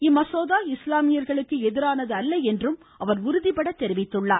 இம்மசோதா இஸ்லாமியர்களுக்கு எதிரானது அல்ல என்றும் அவர் உறுதிபட தெரிவித்தார்